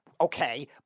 Okay